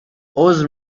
عذر